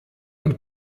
und